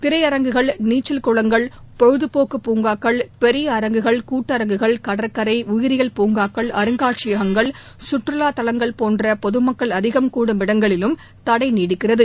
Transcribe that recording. திரையரங்குகள் நீச்சல்குளங்கள் பொழுதுபோக்கு பூங்காக்கள் பெரிய அரங்குகள் கூட்டரங்குகள் கடற்கரை உயிரியல் பூங்காக்கள் அருங்காட்சியகங்கள் கற்றுலாத் தலங்கள் போன்ற பொதுமக்கள் அதிகம் கூடும் இடங்களிலும் தடை நீடிக்கிறது